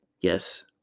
Yes